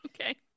Okay